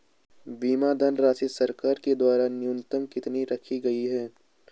बीमा धनराशि सरकार के द्वारा न्यूनतम कितनी रखी गई है?